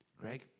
Greg